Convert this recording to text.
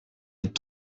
êtes